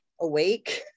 awake